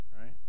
right